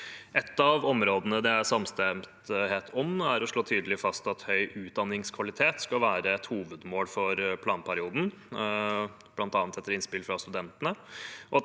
Et av områdene det er samstemthet om, er å slå tydelig fast at høy utdanningskvalitet skal være et hovedmål for planperioden, bl.a. etter innspill fra studentene,